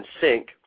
sync